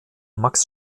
max